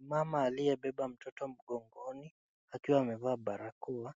Mama aliyebeba mtoto mgongoni akiwa amevaa barakoa